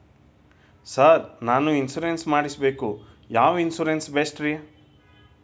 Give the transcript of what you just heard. Sir ನಾನು insurance ಮಾಡಿಸಬೇಕು ಯಾವ ಇನ್ಶೂರೆನ್ಸ್ ಬೆಸ್ಟ್ರಿ?